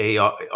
AR